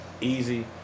Easy